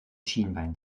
schienbein